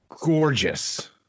gorgeous